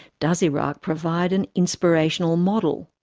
does iraq provide an inspirational model?